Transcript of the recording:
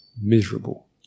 miserable